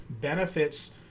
benefits